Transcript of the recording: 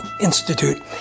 Institute